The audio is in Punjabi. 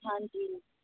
ਹਾਂਜੀ